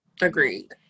Agreed